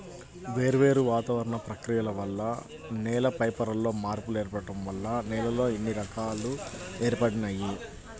వేర్వేరు వాతావరణ ప్రక్రియల వల్ల నేల పైపొరల్లో మార్పులు ఏర్పడటం వల్ల నేలల్లో ఇన్ని రకాలు ఏర్పడినియ్యి